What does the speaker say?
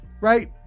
right